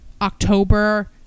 October